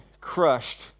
crushed